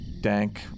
dank